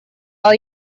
all